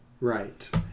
Right